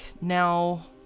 now